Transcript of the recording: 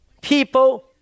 people